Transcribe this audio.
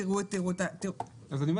תראו את הרשימה.